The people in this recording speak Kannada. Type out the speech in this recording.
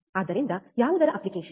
ಆದ್ದರಿಂದ ಯಾವುದರ ಅಪ್ಲಿಕೇಶನ್